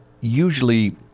usually